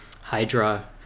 Hydra